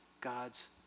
God's